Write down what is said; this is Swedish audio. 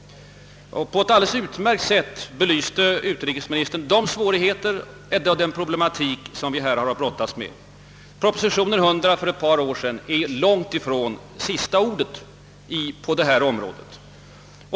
Utrikesministern belyste också på ett alldeles utmärkt sätt den problematik vi härvidlag har att brottas med. Propositionen nr 100 för ett par år sedan är långtifrån sista ordet på detta område.